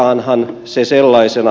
toteutetaanhan se sellaisena